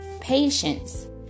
patience